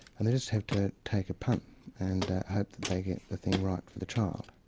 and they just have to take a punt and hope that they get the thing right for the child.